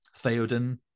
Theoden